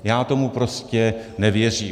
Já tomu prostě nevěřím.